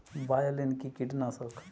বায়োলিন কি কীটনাশক?